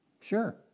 sure